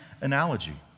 analogy